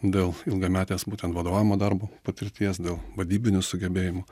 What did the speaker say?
dėl ilgametės būtent vadovaujamo darbo patirties dėl vadybinių sugebėjimų